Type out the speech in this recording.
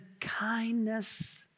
kindness